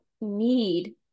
need